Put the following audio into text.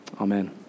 Amen